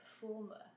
performer